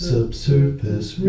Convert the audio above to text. Subsurface